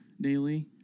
daily